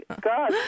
God